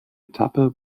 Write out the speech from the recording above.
etappe